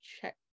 check